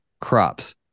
crops